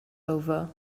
over